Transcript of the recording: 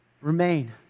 remain